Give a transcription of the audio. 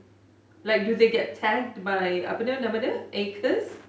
like do they get tagged by apanya nama dia ACRES